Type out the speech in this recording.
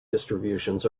distributions